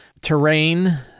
terrain